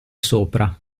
sopra